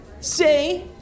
say